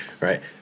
right